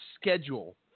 schedule